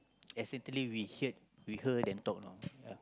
accidentally we heard we hear and talk you know ya